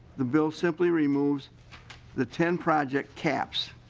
the bill simply removes the ten project cats